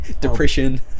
depression